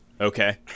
Okay